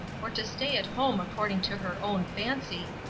or to stay at home according to her own fancy,